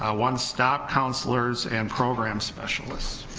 ah one-stop counselors and program specialists.